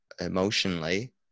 emotionally